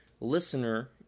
listener